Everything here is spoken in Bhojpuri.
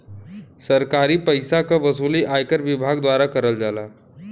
सरकारी पइसा क वसूली आयकर विभाग द्वारा करल जाला